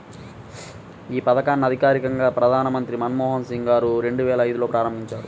యీ పథకాన్ని అధికారికంగా ప్రధానమంత్రి మన్మోహన్ సింగ్ గారు రెండువేల ఐదులో ప్రారంభించారు